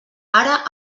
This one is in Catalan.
ara